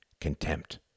contempt